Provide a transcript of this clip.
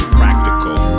practical